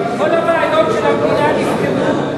כל הבעיות של המדינה נפתרו.